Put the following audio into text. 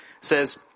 says